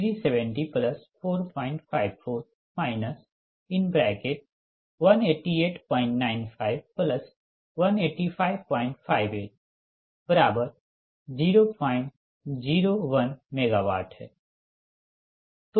तो Pg370454 1889518558001 MW हैं